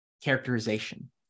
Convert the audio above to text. characterization